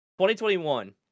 2021